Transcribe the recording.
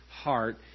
heart